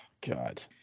God